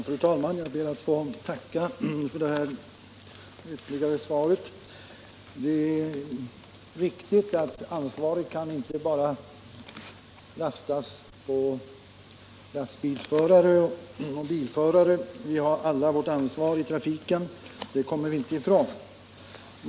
Fru talman! Jag ber att få tacka för det kompletterande svaret. Det är riktigt att ansvaret inte bara kan åläggas lastbilsförare och andra bilförare. Vi har alla vårt ansvar i trafiken, det kommer vi inte ifrån.